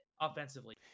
offensively